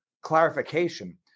clarification